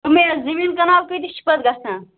دوٚپمَے حظ زٔمیٖن کنال کۭتیِس چھُ پَتہٕ گژھان